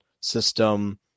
system